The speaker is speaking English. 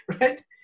right